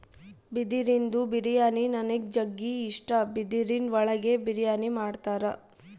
ಬಿದಿರಿಂದು ಬಿರಿಯಾನಿ ನನಿಗ್ ಜಗ್ಗಿ ಇಷ್ಟ, ಬಿದಿರಿನ್ ಒಳಗೆ ಬಿರಿಯಾನಿ ಮಾಡ್ತರ